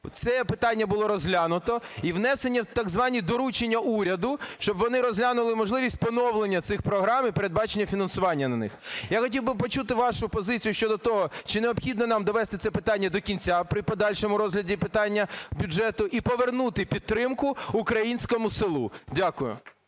це питання було розглянуто і внесено в так звані доручення уряду, щоб вони розглянули можливість поновлення цих програм і передбачення фінансування на них. Я хотів би почути вашу позицію щодо того, чи необхідно нам довести це питання до кінця при подальшому розгляді питання бюджету і повернути підтримку українському селу? Дякую.